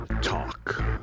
Talk